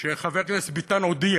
שחבר הכנסת ביטן הודיע